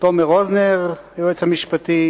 לתומר רוזנר היועץ המשפטי,